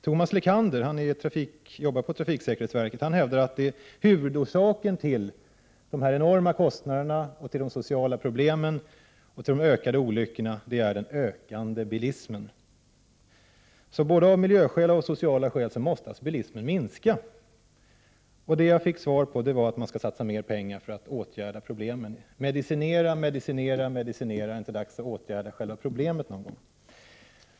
Thomas Lekander, som arbetar på trafiksäkerhetsverket, hävdar att huvudorsaken till de enorma kostnaderna, till de sociala problemen och till det ökade antalet olyckor är den ökande bilismen. Både av miljöskäl och av sociala skäl måste alltså bilismen minska. Det svar jag fick var att man skall satsa mer pengar för att åtgärda problemen. Medicinera, medicinera, medicinera! Är det inte dags att åtgärda själva problemet någon gång?